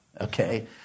okay